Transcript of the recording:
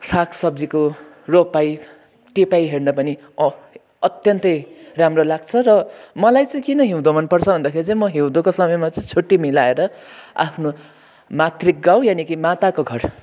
साग सबाजीको रोपाइ टिपाइ हेर्न पनि अ अत्यन्तै राम्रो लाग्छ र मलाई चाहिँ किन हिउँद मन पर्छ भन्दाखेरि चाहिँ म हिउँदको समयमा चाहिँ छुट्टि मिलाएर आफ्नो मातृ गाउँ यानि माताको घर